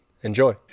Enjoy